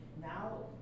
now